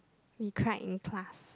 we cried in class